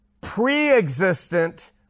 pre-existent